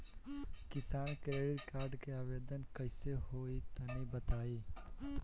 किसान credit card के आवेदन कईसे होई तनि बताई?